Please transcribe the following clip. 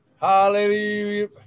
Hallelujah